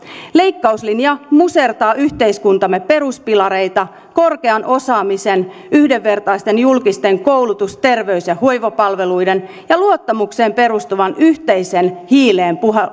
leikkauslinja musertaa yhteiskuntamme peruspilareita korkean osaamisen yhdenvertaisten julkisten koulutus terveys ja hoivapalveluiden ja luottamukseen perustuvan yhteiseen hiileen